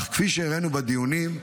אך כפי שהראינו בדיונים,